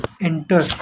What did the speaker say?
enter